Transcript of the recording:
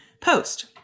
post